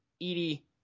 Edie